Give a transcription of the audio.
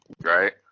Right